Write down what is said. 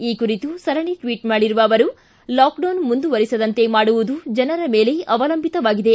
ಈ ಕುರಿತು ಸರಣಿ ಟ್ವಿಚ್ ಮಾಡಿರುವ ಅವರು ಲಾಕ್ಡೌನ್ ಮುಂದುವರೆಸದಂತೆ ಮಾಡುವುದು ಜನರ ಮೇಲೆ ಅವಲಂಬಿತವಾಗಿದೆ